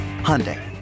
Hyundai